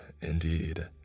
indeed